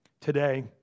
today